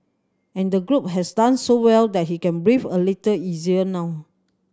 and the group has done so well that he can breathe a little easier now